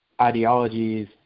ideologies